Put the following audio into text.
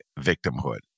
victimhood